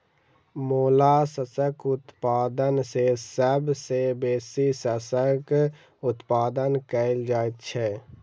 मोलास्कक उत्पादन मे सभ सॅ बेसी शंखक उत्पादन कएल जाइत छै